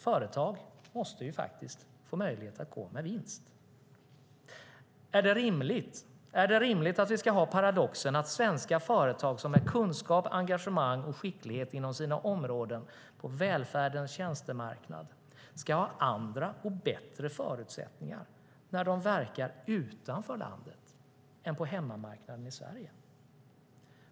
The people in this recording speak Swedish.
Företagen måste faktiskt få möjlighet att gå med vinst. Är det rimligt att vi ska ha paradoxen att svenska företag med kunskap, engagemang och skicklighet inom sina områden på välfärdens tjänstemarknad ska ha andra och bättre förutsättningar när de verkar utanför landet än på hemmamarknaden i Sverige?